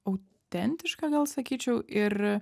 autentiška sakyčiau ir